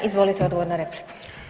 Izvolite odgovor na repliku.